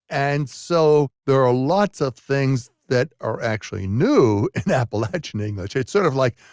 and so there are lots of things that are actually new in appalachian english. it's sort of like,